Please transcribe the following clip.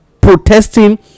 protesting